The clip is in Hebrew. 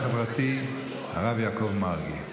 ישיב שר הרווחה והביטחון החברתי הרב יעקב מרגי.